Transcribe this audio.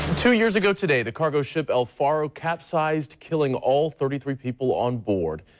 two years go today the cargo ship elfaro capsized killing all thirty three people on board.